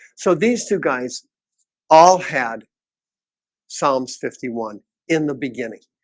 so these two guys all had psalms fifty one in the beginning